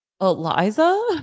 Eliza